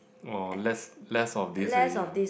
orh less less of this already ah